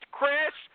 Chris